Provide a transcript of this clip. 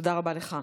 תודה רבה לך.